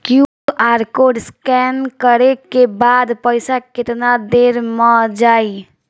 QR code scan न करे क बाद पइसा केतना देर म जाई?